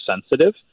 sensitive